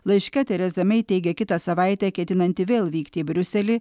laiške tereza mei teigia kitą savaitę ketinanti vėl vykti į briuselį